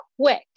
quick